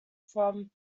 from